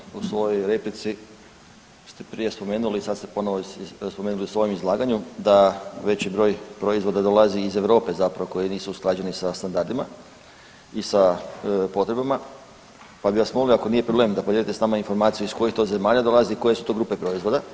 Poštovana zastupnice u svojoj replici ste prije spomenuli i sad ste ponovo spomenuli u svojem izlaganju da veći broj proizvoda dolazi iz Europe zapravo koji nisu usklađeni sa standardima i sa potrebama, pa bi vas molio ako nije problem da podijelite s nama informaciju iz kojih to zemalja dolazi i koje su to grupe proizvoda.